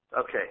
okay